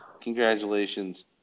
Congratulations